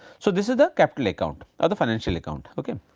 so, this is the capital account or the financial account ok.